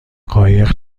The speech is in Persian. قایق